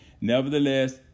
nevertheless